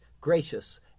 gracious